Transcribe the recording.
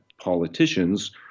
politicians